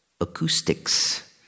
acoustics